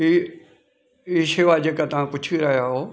ई ई शेवा जेका तव्हां पुछी आया आहियो